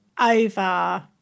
over